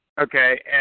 Okay